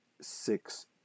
six